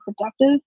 productive